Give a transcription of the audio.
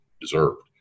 deserved